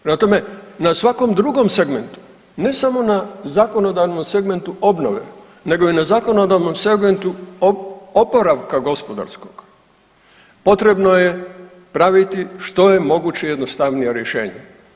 Prema tome, na svakom drugom segmentu, ne samo na zakonodavnom segmentu obnove, nego i na zakonodavnom segmentu oporavka gospodarskog potrebno je praviti što je moguće jednostavnija rješenja.